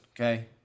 okay